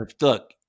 Look